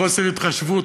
חוסר התחשבות,